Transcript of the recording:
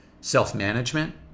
self-management